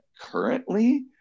currently